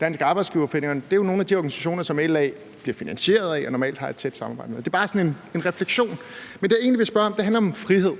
Dansk Arbejdsgiverforening. Det er jo nogle af de organisationer, som LA bliver finansieret af og normalt har et tæt samarbejde med. Det er bare sådan en refleksion, men det, jeg egentlig vil spørge om, handler om frihed,